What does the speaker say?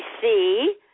see